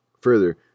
Further